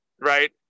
right